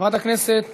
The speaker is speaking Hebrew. חברת הכנסת